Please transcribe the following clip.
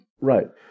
Right